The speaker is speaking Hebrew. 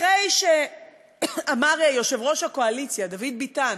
אחרי שאמר יושב-ראש הקואליציה דוד ביטן,